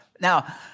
Now